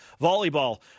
Volleyball